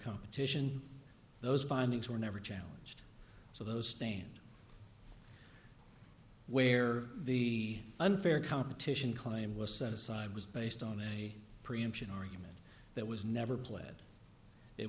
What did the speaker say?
competition those findings were never challenged so those stained where the unfair competition claim was set aside was based on a preemption argument that was never played it